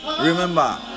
Remember